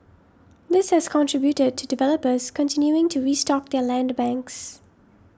this has contributed to developers continuing to restock their land banks